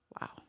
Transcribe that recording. Wow